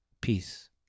peace